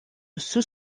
sous